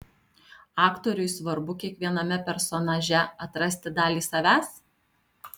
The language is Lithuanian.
aktoriui svarbu kiekviename personaže atrasti dalį savęs